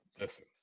Listen